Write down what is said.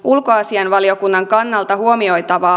ulkoasiainvaliokunnan kannalta huomioitava